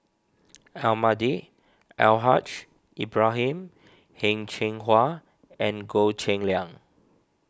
Almahdi Al Haj Ibrahim Heng Cheng Hwa and Goh Cheng Liang